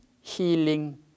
healing